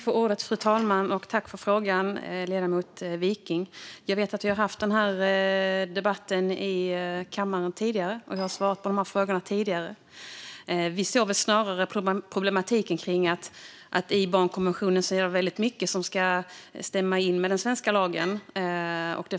Fru talman! Jag tackar ledamoten Wiking för frågan. Vi har debatterat det här i kammaren tidigare, och jag har svarat på de här frågorna tidigare. Vi såg snarare problematiken kring att det är väldigt mycket i barnkonventionen som ska stämma med den svenska lagstiftningen.